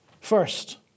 First